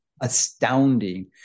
astounding